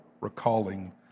recalling